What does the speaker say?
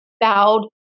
bowed